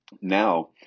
now